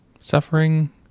suffering